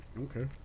Okay